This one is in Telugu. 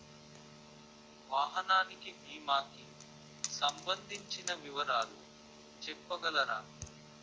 వాహనానికి భీమా కి సంబందించిన వివరాలు చెప్పగలరా?